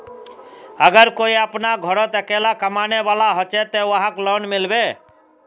अगर कोई अपना घोरोत अकेला कमाने वाला होचे ते वहाक लोन मिलबे?